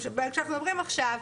כשאנחנו מדברים עכשיו,